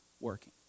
working